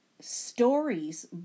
stories